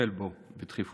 לטפל בו בדחיפות.